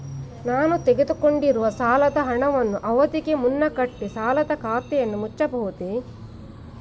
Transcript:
ನಾನು ತೆಗೆದುಕೊಂಡಿರುವ ಸಾಲದ ಹಣವನ್ನು ಅವಧಿಗೆ ಮುನ್ನ ಕಟ್ಟಿ ಸಾಲದ ಖಾತೆಯನ್ನು ಮುಚ್ಚಬಹುದೇ?